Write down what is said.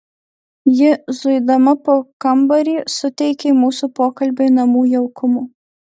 ji zuidama po kambarį suteikė mūsų pokalbiui namų jaukumo